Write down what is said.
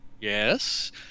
Yes